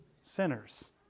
sinners